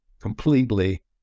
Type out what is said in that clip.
completely